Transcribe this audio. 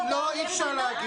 לא, אי-אפשר.